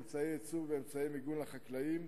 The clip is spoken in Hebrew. אמצעי ייצור ואמצעי מיגון לחקלאים,